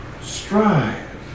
strive